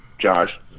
Josh